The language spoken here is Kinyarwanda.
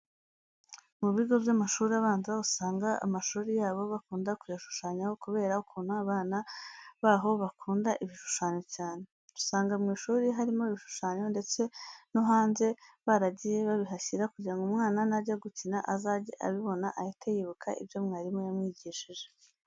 Mu bigo by'amashuri abanza usanga amashuri yabo bakunda kuyashushanyaho kubera ukuntu abana baho bakumda ibnishushanyo cyane. Usanga mu ishuri harimo ibishushanyo ndetse no hanze baragiye babihashyira kugira ngo umwana najya no gukina azajye abibona ahite yibuka ibyo mwarimu yamwigishije.